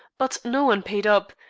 but no one paid up,